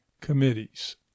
committees